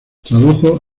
tradujo